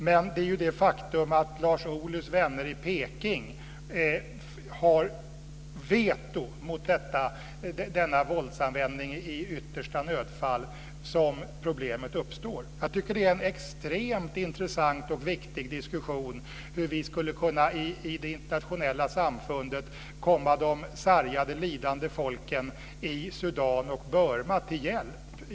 Men det är i det faktum att Lars Ohlys vänner i Peking har vetorätt mot denna våldsanvändning i yttersta nödfall som problemet uppstår. Det är en extremt intressant och viktig diskussion hur vi i det internationella samfundet skulle kunna komma de sargade och lidande folken i Sudan och Burma till hjälp.